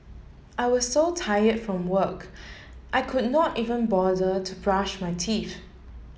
I was so tired from work I could not even bother to brush my teeth